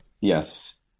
Yes